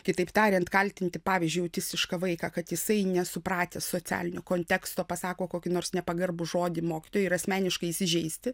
kitaip tariant kaltinti pavyzdžiui autistišką vaiką kad jisai nesupratęs socialinio konteksto pasako kokį nors nepagarbų žodį mokytojui ir asmeniškai įsižeisti